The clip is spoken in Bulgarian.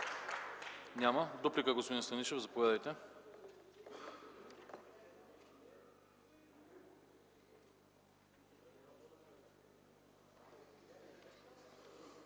Няма. Дуплика – господин Станишев, заповядайте.